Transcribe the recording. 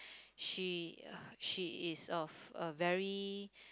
she she is of a very